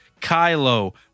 Kylo